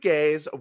Gays